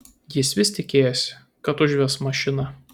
jis vis tikėjosi kad užves mašiną